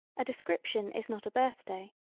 a description is not a birthday.